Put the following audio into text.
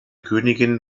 königin